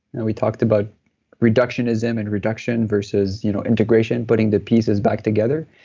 and we talked about reductionism and reduction versus you know integration, putting the pieces back together.